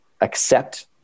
accept